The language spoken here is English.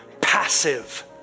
passive